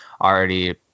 Already